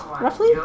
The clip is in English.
roughly